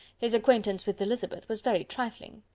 his acquaintance with elizabeth was very trifling.